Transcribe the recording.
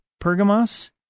Pergamos